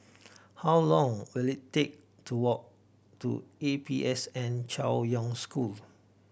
how long will it take to walk to A P S N Chaoyang School